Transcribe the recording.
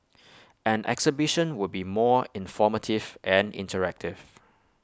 an exhibition would be more informative and interactive